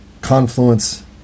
confluence